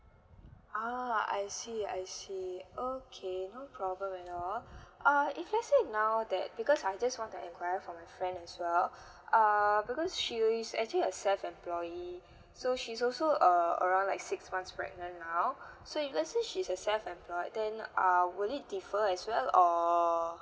oh I see I see okay no problem at all uh if let's say now that because I just want to enquire for my friend as well err because she's actually a self employee so she's also err around like six months pregnant now so if let's say she's a self employed then uh will it differ as well or